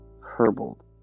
Herbold